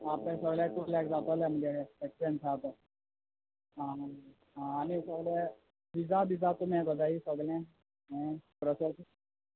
आं तें सोगळें एकू हेतू जातोलें म्हुगेलें एक्सपेन्स आहा तें आं आं आनी सोगळे वीजा बीजा तुमी हें कोत्ताय सोगळें हें प्रोसेस